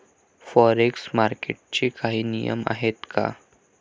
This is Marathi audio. फॉरेक्स मार्केटचे काही नियम आहेत का?